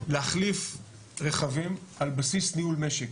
להחליף רכבים על בסיס ניהול משק.